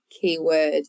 Keyword